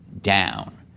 down